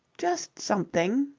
just something.